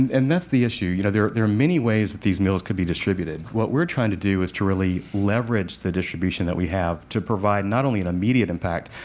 and that's the issue. you know there there are many ways that these meals could be distributed. what we're trying to do is to really leverage the distribution that we have, to provide not only an immediate impact,